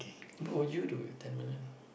what would you do with ten million